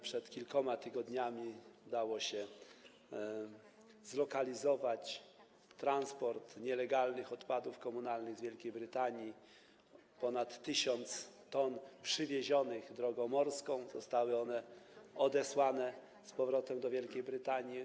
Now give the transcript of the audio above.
Przed kilkoma tygodniami dało się zlokalizować transport nielegalnych odpadów komunalnych z Wielkiej Brytanii, ponad 1000 t przywiezionych drogą morską - zostały one odesłane z powrotem do Wielkiej Brytanii.